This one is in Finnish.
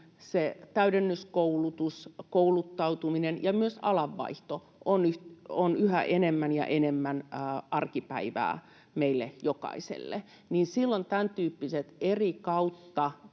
täydennyskoulutus, kouluttautuminen ja myös alanvaihto ovat yhä enemmän arkipäivää meille jokaiselle, niin silloin tämäntyyppiset eri kautta